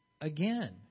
again